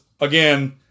again